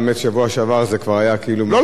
ולא היה בידי אדם כמעט.